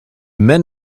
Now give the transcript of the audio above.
men